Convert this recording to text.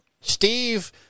Steve